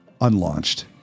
unlaunched